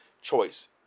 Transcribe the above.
choice